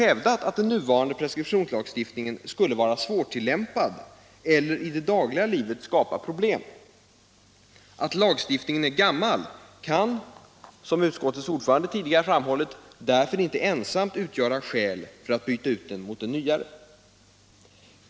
hävdat att den nuvarande preskriptionslagstiftningen skulle vara svårtillämpad eller i det dagliga livet skapa problem. Att lagstiftningen är gammal kan, som utskottets ordförande tidigare framhållit, därför inte ensamt utgöra skäl för att byta ut den mot nyare.